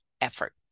effort